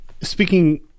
speaking